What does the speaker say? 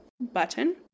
button